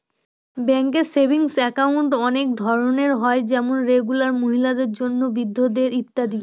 ব্যাঙ্কে savings account অনেক ধরনের হয় যেমন রেগুলার, মহিলাদের জন্য, বৃদ্ধদের ইত্যাদি